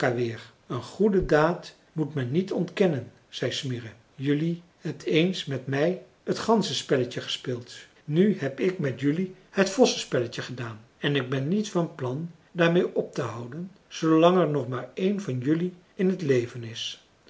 een goede daad moet men niet ontkennen zei smirre jelui hebt eens met mij het ganzenspelletje gespeeld nu heb ik met jelui het vossenspelletje gedaan en ik ben niet van plan daarmeê op te houden zoolang er nog maar een van jelui in t leven is